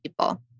people